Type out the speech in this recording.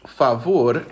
favor